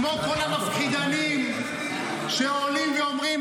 כמו כל המפחידנים שעולים ואומרים,